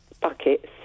buckets